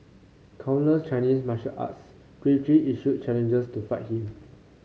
countless Chinese martial artists quickly issued challenges to fight him